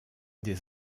des